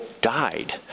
died